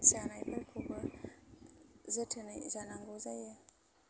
जानायफोरखौबो जोथोनै जानांगौ जायो